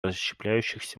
расщепляющихся